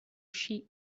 sheep